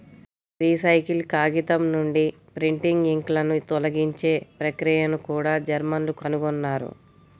recycle కాగితం నుండి printing ఇంక్లను తొలగించే ప్రక్రియను కూడా జర్మన్లు కనుగొన్నారు